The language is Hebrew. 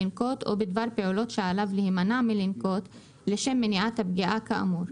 לנקוט או בדבר פעולות שעליו להימנע מלנקוט לשם מניעת הפגיעה כאמור,